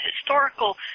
historical